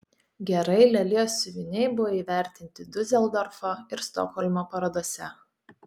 gerai lelijos siuviniai buvo įvertinti diuseldorfo ir stokholmo parodose